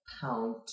pound